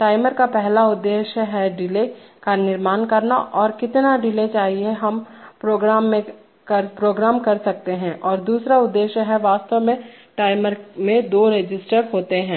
timer का पहला उद्देश्य है ढीले का निर्माण करना और कितना डिले चाहिए हम प्रोग्राम कर सकते हैं और दूसरा उद्देश्य है वास्तव में टाइमर में दो रजिस्टर होते हैं